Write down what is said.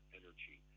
energy